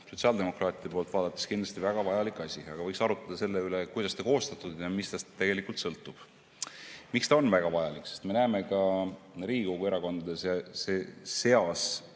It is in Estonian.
sotsiaaldemokraatide poolt vaadates kindlasti väga vajalik asi. Aga võiks arutada selle üle, kuidas ta on koostatud ja mis temast tegelikult sõltub. Miks ta on väga vajalik? Me näeme ka Riigikogu erakondade seas